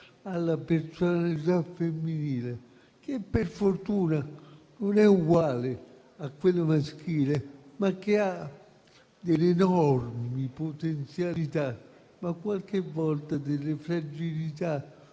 alla personalità femminile, che per fortuna non è uguale a quella maschile, ma che ha enormi potenzialità e qualche volta fragilità,